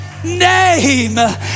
name